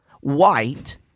White